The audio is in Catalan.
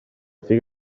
figa